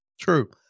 True